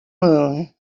moon